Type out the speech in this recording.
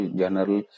general